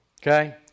Okay